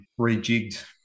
rejigged